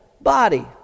body